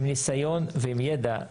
עם ניסיון ועם ידע.